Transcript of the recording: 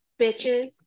bitches